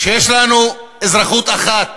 שיש לנו אזרחות אחת,